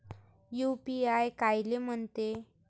UPI कायले म्हनते?